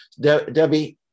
Debbie